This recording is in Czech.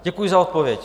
Děkuji za odpověď.